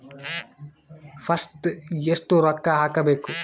First ಎಷ್ಟು ರೊಕ್ಕ ಹಾಕಬೇಕು?